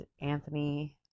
Anthony